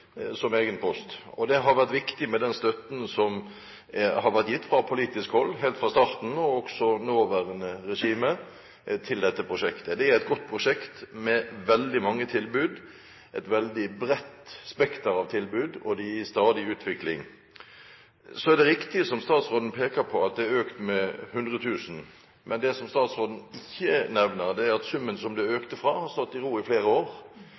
som egen post. Det har vært viktig med den støtten som har vært gitt fra politisk hold helt fra starten, og også fra nåværende regime, til dette prosjektet. Det er et godt prosjekt med veldig mange tilbud, et veldig bredt spekter av tilbud, og det er i stadig utvikling. Så er det riktig, som statsråden peker på, at tilskuddet er økt med 100 000 kr. Men det som statsråden ikke nevner, er at summen som det økte fra, har stått i ro i flere år,